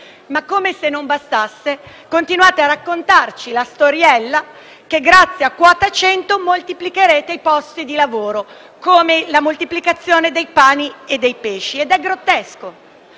Come se non bastasse continuate poi a raccontarci la storiella che grazie a quota 100 moltiplicherete i posti di lavoro, come la moltiplicazione dei pani e dei pesci. Ciò è grottesco